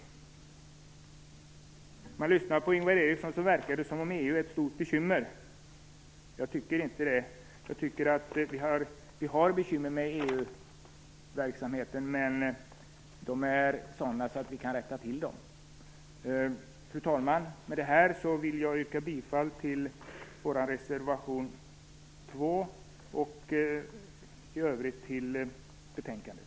Om man lyssnar på Ingvar Eriksson, verkar det som om EU är ett stort bekymmer. Jag tycker inte det. Vi har bekymmer i och med EU-medlemskapet, men de är inte större än att de kan rättas till. Fru talman! Med det anförda vill jag yrka bifall till reservation nr 2 och i övrigt till hemställan i betänkandet.